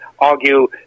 argue